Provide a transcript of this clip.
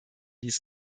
dies